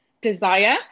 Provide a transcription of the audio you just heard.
desire